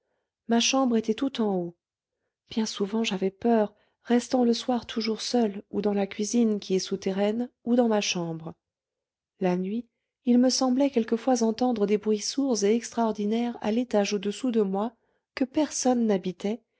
ma chambre était tout en haut bien souvent j'avais peur restant le soir toujours seule ou dans la cuisine qui est souterraine ou dans ma chambre la nuit il me semblait quelquefois entendre des bruits sourds et extraordinaires à l'étage au-dessous de moi que personne n'habitait